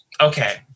okay